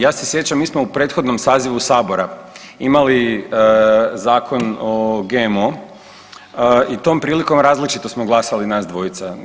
Ja se sjećam mi smo u prethodnom sazivu sabora imali zakon o GMO-u i tom prilikom različito smo glasali nas dvojica.